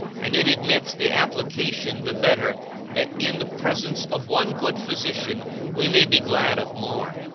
and it admits the application the better that in the presence of one good physician we may be glad of more.